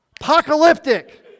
Apocalyptic